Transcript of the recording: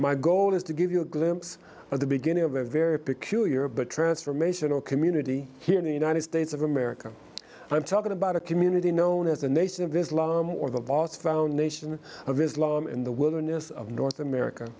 my goal is to give you a glimpse of the beginning of a very peculiar but transformational community here in the united states of america i'm talking about a community known as the nation of islam or the boss found nation of islam in the wilderness of north america